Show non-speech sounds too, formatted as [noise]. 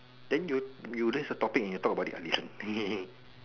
then you you list the topic and you talk about it I listen [noise]